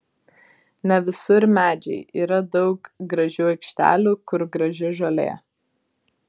ne visur medžiai yra daug gražių aikštelių kur graži žolė